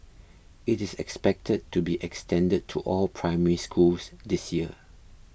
it is expected to be extended to all Primary Schools this year